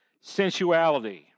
sensuality